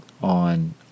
on